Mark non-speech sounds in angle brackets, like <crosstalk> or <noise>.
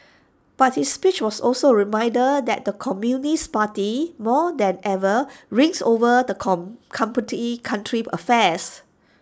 but his speech was also A reminder that the communist party more than ever reigns over the come <unintelligible> country's affairs